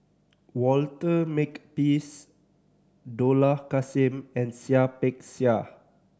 Walter Makepeace Dollah Kassim and Seah Peck Seah